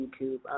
YouTube